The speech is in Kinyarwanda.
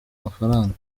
amafaranga